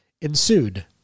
ensued